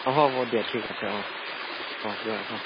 অ' হ'ব দিয়া ঠিক আছে অঁ অ'কে অঁ অঁ